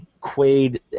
Quaid